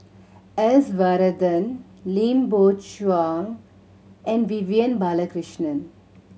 S Varathan Lim Biow Chuan and Vivian Balakrishnan